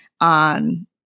on